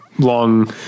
long